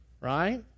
right